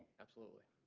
absolutely.